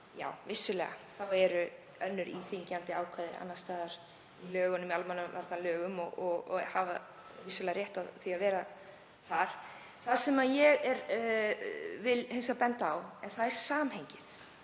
já, vissulega eru önnur íþyngjandi ákvæði annars staðar í almannavarnalögum, og hafa vissulega rétt á því að vera þar. Það sem ég vil hins vegar benda á er samhengið,